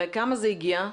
לכמה זה הגיע?